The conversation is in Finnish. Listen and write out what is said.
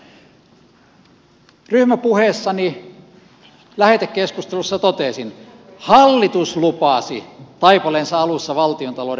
ryhmäpuheessani lähetekeskustelussa totesin että hallitus lupasi taipaleensa alussa valtiontalouden velkaantumisen taittumista